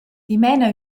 dimena